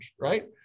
right